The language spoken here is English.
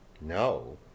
No